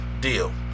deal